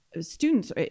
Students